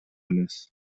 эмес